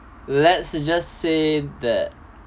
let's just say that